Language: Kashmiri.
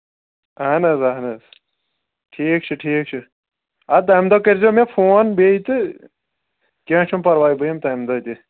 اَہَن حظ اَہَن حظ ٹھیٖک چھُ ٹھیٖک چھُ اَدٕ تَمہِ دۄہ کٔرۍ زیٚو مےٚ فون بیٚیہِ تہٕ کیٚنٛہہ چھُنہٕ پَرواے بہٕ یِمہٕ تَمہِ دۄہ تہِ